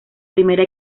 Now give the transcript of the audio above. primera